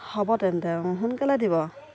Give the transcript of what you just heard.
হ'ব তেন্তে সোনকালে দিব